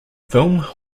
film